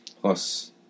Plus